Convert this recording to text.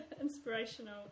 inspirational